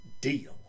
deal